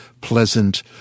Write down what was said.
pleasant